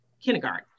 kindergarten